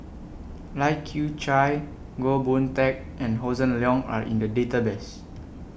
Lai Kew Chai Goh Boon Teck and Hossan Leong Are in The Database